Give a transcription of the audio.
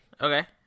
Okay